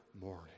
morning